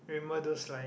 remember those like